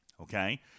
Okay